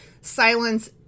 silence